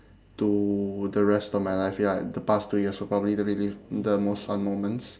to the rest of my life ya the past two years were probably the relive the most fun moments